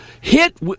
hit